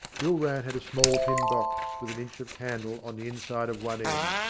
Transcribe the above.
bill rann had a small tin box, with an inch of candle on the inside of one end,